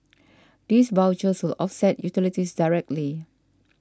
these vouchers will offset utilities directly